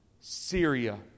Syria